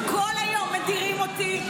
כל היום מדירים אותי,